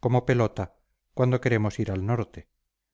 como pelota cuando queremos ir al norte